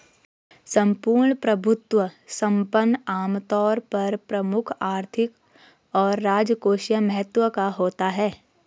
सम्पूर्ण प्रभुत्व संपन्न आमतौर पर प्रमुख आर्थिक और राजकोषीय महत्व का होता है